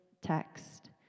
text